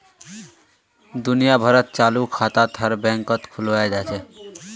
दुनिया भरत चालू खाताक हर बैंकत खुलवाया जा छे